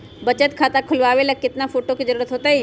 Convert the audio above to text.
बचत खाता खोलबाबे ला केतना फोटो के जरूरत होतई?